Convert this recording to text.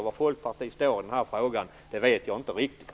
Var Folkpartiet står i den här frågan vet jag inte riktigt.